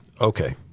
Okay